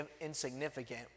insignificant